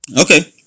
Okay